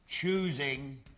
choosing